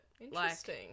Interesting